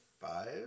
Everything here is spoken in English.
Five